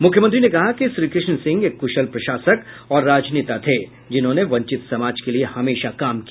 मुख्यमंत्री ने कहा कि श्रीकृष्ण सिंह एक कुशल प्रशासक और राजनेता थे जिन्होंने वंचित समाज के लिए हमेशा काम किया